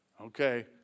Okay